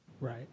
Right